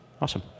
Awesome